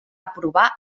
aprovà